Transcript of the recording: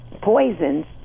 poisons